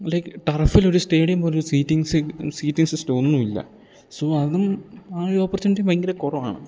like ടർഫിലൊരു stadium പോലൊരു seatings seating സിസ്റ്റോ ഒന്നും ഇല്ല സോ അതും ആ ഒരു ഓപ്പർട്യൂണിറ്റി ഭയങ്കര കുറവാണ്